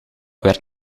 werkt